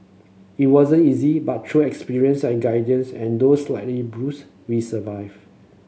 it wasn't easy but through experience and guidance and though slightly bruised we survive